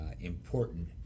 important